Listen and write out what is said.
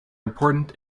important